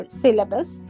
syllabus